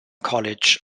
college